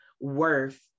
worth